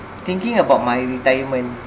thinking about my retirement